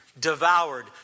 Devoured